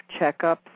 checkups